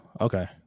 Okay